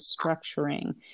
structuring